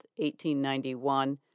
1891